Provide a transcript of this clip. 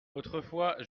autrefois